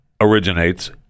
originates